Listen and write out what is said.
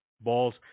Balls